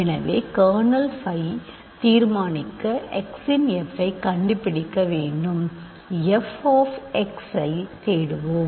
எனவே kernel phi தீர்மானிக்க x இன் f ஐ கண்டுபிடிக்க வேண்டும் f ஆப் x ஐத் தேடுவோம்